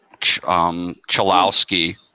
Chalowski